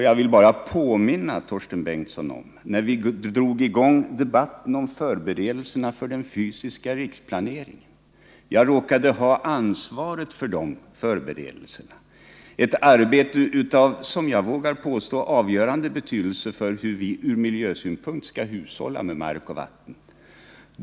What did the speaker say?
Jag vill bara påminna Torsten Bengtson om hur det förhöll sig när vi drog i gång debatten i samband med förberedelserna för den fysiska riksplaner ingen. Jag råkade ha ansvaret för dessa förberedelser, ett arbete som — det vågar jag påstå — blev av avgörande betydelse för hur vi ur miljösynpunkt skall hushålla med mark och vatten.